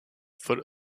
foot